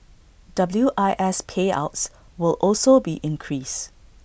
W I S payouts will also be increased